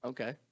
Okay